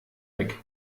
weg